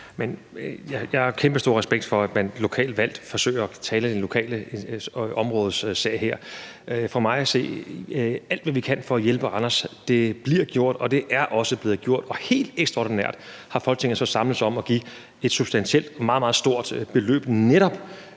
Jeg har kæmpestor respekt for, at man som lokalt valgt forsøger at tale det lokale områdes sag her. For mig at se bliver alt, hvad vi kan gøre for at hjælpe Randers, gjort, og det er også blevet gjort. Og helt ekstraordinært har Folketinget så samlet sig om at give et substantielt og meget, meget stort beløb for